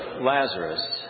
Lazarus